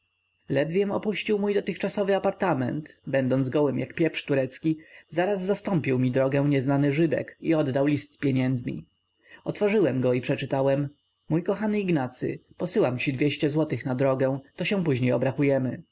ledwiem opuścił mój dotychczasowy apartament będąc gołym jak pieprz turecki zaraz zastąpił mi drogę nieznany żydek i oddał list z pieniędzmi otworzyłem go i przeczytałem mój kochany ignacy posyłam ci złotych na drogę to się później